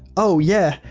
oh, yeah.